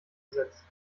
ersetzt